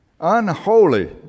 Unholy